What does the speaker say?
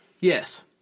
Yes